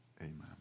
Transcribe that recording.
amen